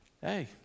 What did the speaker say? hey